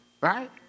Right